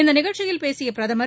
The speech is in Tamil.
இந்த நிகழ்ச்சியில் பேசிய பிரதமர்